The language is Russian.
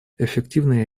эффективное